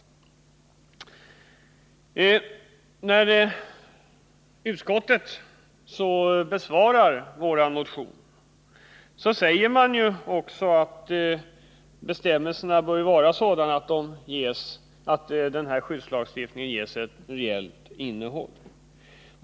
När utskottet behandlar vår motion säger man också att bestämmelserna bör vara sådana att skyddslagstiftningen kan ges ett reellt innehåll.